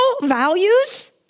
values